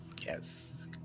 Yes